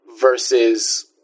versus